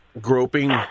Groping